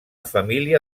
família